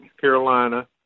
Carolina